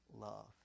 love